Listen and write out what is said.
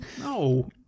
No